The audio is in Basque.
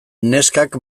neskak